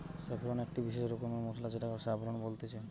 saffron একটি বিসেস রকমের মসলা যেটাকে জাফরান বলছে